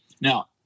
Now